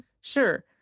Sure